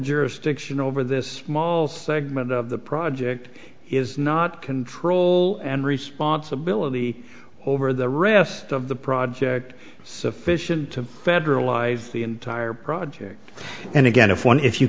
jurisdiction over this small segment of the project is not control and responsibility or over the rest of the project sufficient to federalize the entire project and again if one if you